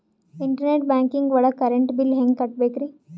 Internet banking ಒಳಗ್ current bill ಹೆಂಗ್ ಕಟ್ಟ್ ಬೇಕ್ರಿ?